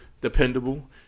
dependable